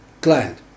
client